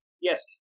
Yes